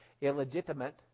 illegitimate